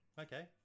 okay